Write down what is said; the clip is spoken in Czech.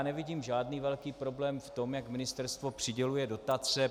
Nevidím žádný velký problém v tom, jak ministerstvo přiděluje dotace.